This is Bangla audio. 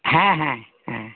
হ্যাঁ হ্যাঁ হ্যাঁ